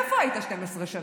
איפה היית 12 שנה?